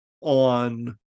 on